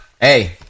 hey